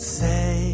say